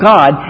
God